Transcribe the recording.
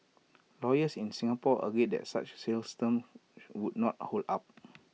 lawyers in Singapore agree that such sales terms would not hold up